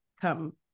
come